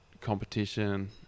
competition